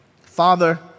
Father